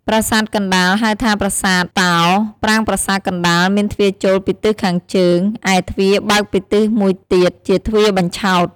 ប្រាសាទកណ្តាល ហៅថាប្រាសាទតោ ប្រាង្គប្រាសាទកណ្តាលមានទ្វារចូលពីទិសខាងជើង ឯទ្វារបើកពីទិសមួយទៀតជាទ្វារបញ្ឆោត។